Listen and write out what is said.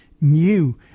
new